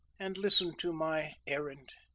and listen to my errand.